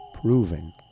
proving